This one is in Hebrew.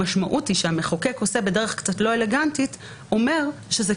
המשמעות היא שהמחוקק בדרך קצת לא אלגנטית אומר שזה